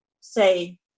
say